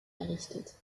errichtet